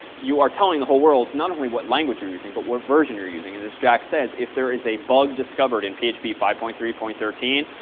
you are telling the whole world, not only what language you're using but what version you're using. and as jack says, if there is a bug discovered in p h p five point three point one